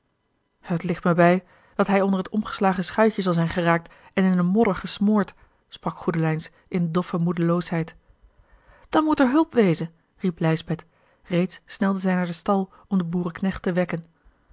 het licht me bij dat hij onder het omgeslagen schuitje zal zijn geraakt en in den modder gesmoord sprak goedelijns in doffe moedeloosheid an moet er hulp wezen riep lijsbeth reeds snelde zij naar den stal om den boerenknecht te wekken